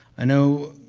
i know,